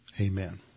Amen